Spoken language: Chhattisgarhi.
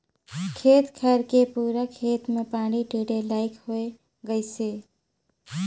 खेत खायर के पूरा खेत मे पानी टेंड़े लईक होए गइसे